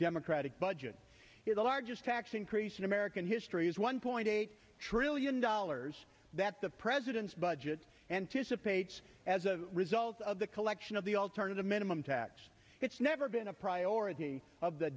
democratic budget is the largest tax increase in american history is one point eight trillion dollars that the president's budget anticipates as a result of the collection of the alternative minimum tax it's never been a priority of the